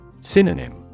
Synonym